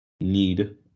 need